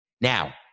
Now